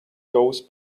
goes